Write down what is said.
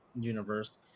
universe